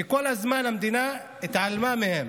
שכל הזמן המדינה התעלמה מהם,